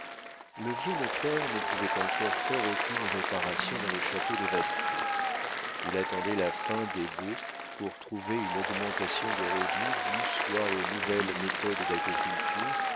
le vieux notaire ne pouvait encore faire aucune réparation dans le château dévasté il attendait la fin des baux pour trouver une augmentation de revenus due soit aux nouvelles méthodes d'agriculture